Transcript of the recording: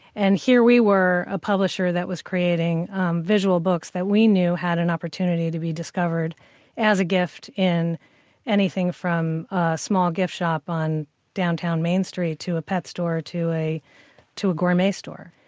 and here we were, a publisher that was creating visual books that we knew had an opportunity to be discovered as a gift in anything from a small gift shop on downtown main street to a pet store to a to a gourmet store.